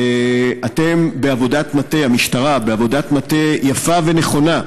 אתם, המשטרה, בעבודת מטה יפה ונכונה,